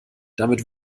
damit